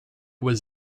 was